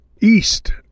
east